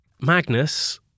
Magnus